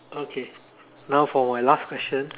okay now for my last question